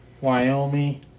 Wyoming